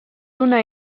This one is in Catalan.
una